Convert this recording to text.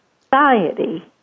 society